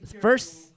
First